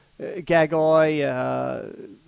Gagai